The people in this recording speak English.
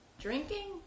drinking